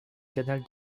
canal